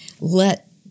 let